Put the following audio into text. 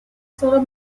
solo